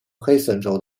黑森州